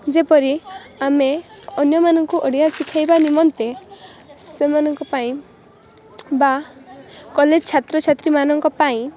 ଯେପରି ଆମେ ଅନ୍ୟମାନଙ୍କୁ ଓଡ଼ିଆ ଶିଖାଇବା ନିମନ୍ତେ ସେମାନଙ୍କ ପାଇଁ ବା କଲେଜ ଛାତ୍ରଛାତ୍ରୀମାନଙ୍କ ପାଇଁ